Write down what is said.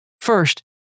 First